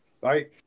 Bye